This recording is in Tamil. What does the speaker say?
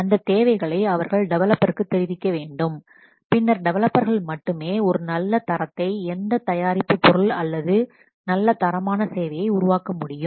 அந்த தேவைகளை அவர்கள் டெவலப்பருக்கு தெரிவிக்க வேண்டும் பின்னர் டெவலப்பர்கள் மட்டுமே ஒரு நல்ல தரத்தை எந்த தயாரிப்பு பொருள் அல்லது நல்ல தரமான சேவையை உருவாக்க முடியும்